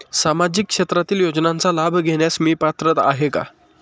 सामाजिक क्षेत्रातील योजनांचा लाभ घेण्यास मी पात्र आहे का?